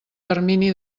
termini